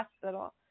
hospital